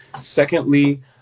Secondly